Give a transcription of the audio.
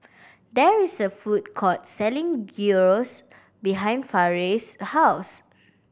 there is a food court selling Gyros behind Farris' house